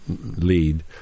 lead